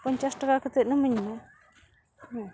ᱯᱚᱧᱪᱟᱥ ᱴᱟᱠᱟ ᱠᱟᱛᱮᱫ ᱤᱧᱟᱹᱧ ᱢᱮ ᱦᱮᱸ